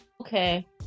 Okay